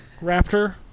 Raptor